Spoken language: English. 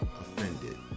offended